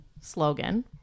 slogan